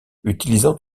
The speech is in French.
utilisant